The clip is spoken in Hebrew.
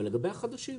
ולגבי החדשים,